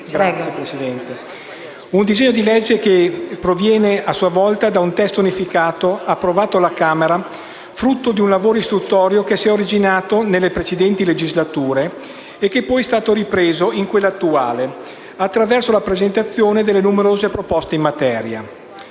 un disegno di legge che proviene, a sua volta, da un testo unificato approvato alla Camera, frutto di un lavoro istruttorio che si è originato nelle precedenti legislature e che poi è stato ripreso in quella attuale attraverso la presentazione di numerose proposte in materia.